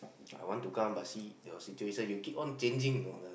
I want to come but see your situation you keep on changing the